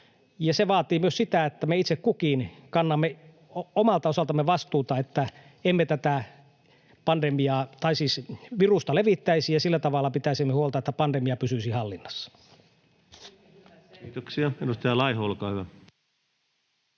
se vaatii myös sitä, että me itse kukin kannamme omalta osaltamme vastuuta, että emme tätä virusta levittäisi ja sillä tavalla pitäisimme huolta, että pandemia pysyisi hallinnassa. [Eva Biaudet: Oikein hyvä,